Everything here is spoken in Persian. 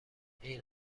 این